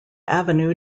avenue